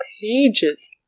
pages